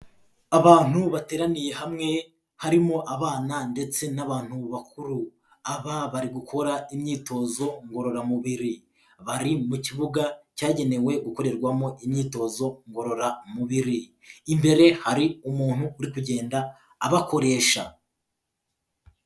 Abantu bateraniye hamwe, harimo abana ndetse n'abantu bakuru, aba bari gukora imyitozo ngororamubiri, bari mu kibuga cyagenewe gukorerwamo imyitozo ngororamubiri, imbere hari umuntu uri kugenda abakoresha.